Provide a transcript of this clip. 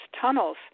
tunnels